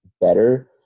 better